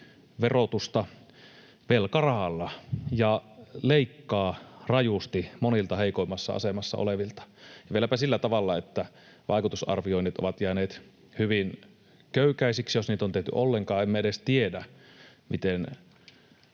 verotusta velkarahalla ja leikkaa rajusti monilta heikoimmassa asemassa olevilta ja vieläpä sillä tavalla, että vaikutusarvioinnit ovat jääneet hyvin köykäisiksi, jos niitä on tehty ollenkaan. Emme edes tiedä, millä